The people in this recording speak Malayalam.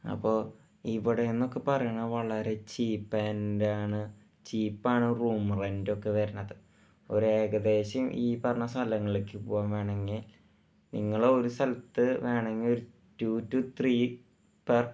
അപ്പോൾ ഇവിടെയെന്നൊക്കെ പറയണത് വളരെ ചീപ്പ് ആന്ഡ് ആണ് ചീപ്പാണ് റൂമ് റെന്റൊക്കെ വരണത് ഒരു ഏകദേശം ഈ പറഞ്ഞ സ്ഥലങ്ങളിലേക്ക് പോകാൻ വേണങ്കിൽ നിങ്ങൾ ഒരു സ്ഥലത്ത് വേണങ്കിൽ ഒരു ടു റ്റു ത്രി പെര്